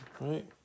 right